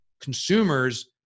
consumers